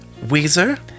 Weezer